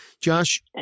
Josh